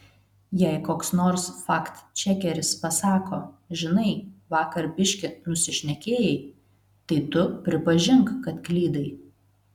jei koks nors faktčekeris pasako žinai vakar biškį nusišnekėjai tai tu pripažink kad klydai